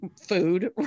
food